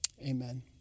amen